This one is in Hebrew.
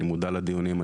אני מודע לדיונים,